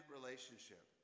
Relationship